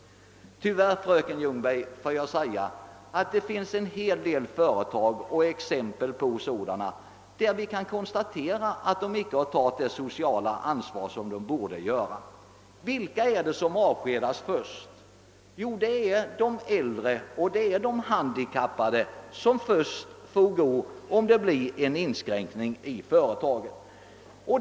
Tyvärr, fröken Ljungberg, finns det en hel del företag som kan konstateras icke ha tagit det sociala ansvar som de borde ta. Vilka är det som avskedas först? Jo, det är de äldre och de handikappade som först får gå, om det blir en inskränkning i företagen.